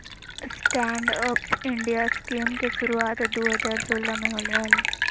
stand up India scheme के शुरुआत दू हज़ार सोलह में होलय हल